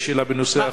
יש שאלה בנושא אחר.